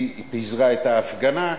היא פיזרה את ההפגנה,